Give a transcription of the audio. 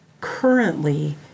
Currently